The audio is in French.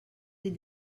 des